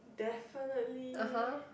definitely